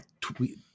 tweet